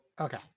okay